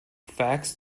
facts